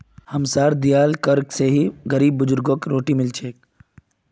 हमसार दियाल कर स ही गरीब बुजुर्गक रोटी मिल छेक